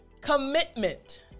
commitment